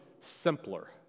simpler